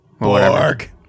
Borg